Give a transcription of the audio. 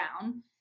down